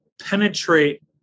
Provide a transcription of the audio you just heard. penetrate